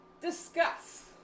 Discuss